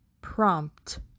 prompt